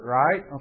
right